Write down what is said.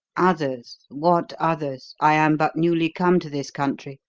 others? what others? i am but newly come to this country.